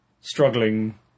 struggling